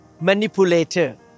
manipulator